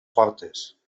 portes